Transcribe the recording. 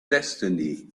destiny